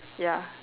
ya